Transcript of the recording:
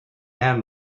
anne